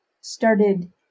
started